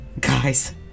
Guys